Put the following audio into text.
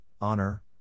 honor